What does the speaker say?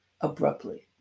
abruptly